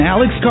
Alex